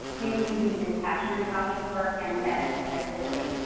you need to be dispassionate about your work and look at it objectively.